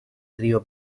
río